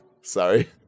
Sorry